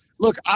Look